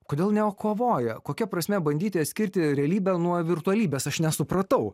kodėl neo kovoja kokia prasmė bandyti atskirti realybę nuo virtualybės aš nesupratau